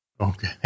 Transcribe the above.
Okay